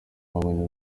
babonye